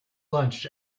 lunch